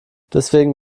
deswegen